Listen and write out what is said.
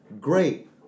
great